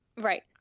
Right